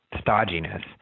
stodginess